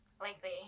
likely